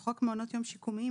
בחוק מעונות יום שיקומיים,